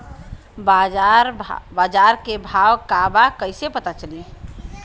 बाजार के भाव का बा कईसे पता चली?